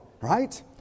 right